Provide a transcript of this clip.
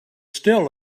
still